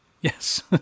Yes